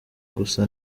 gusa